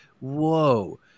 Whoa